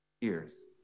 years